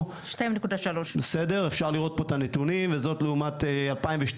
2.3. אפשר לראות פה את הנתונים וזה לעומת 2012